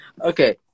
Okay